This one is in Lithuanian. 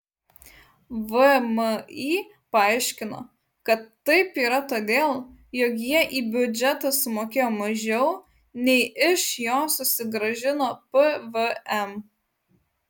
vmi paaiškino kad taip yra todėl jog jie į biudžetą sumokėjo mažiau nei iš jo susigrąžino pvm